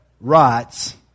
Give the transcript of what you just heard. rights